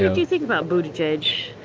did you think about buttigieg?